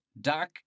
Doc